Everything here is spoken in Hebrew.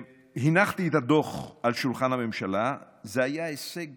הנחתי את הדוח על שולחן הממשלה, וזה היה הישג